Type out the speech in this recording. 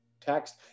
text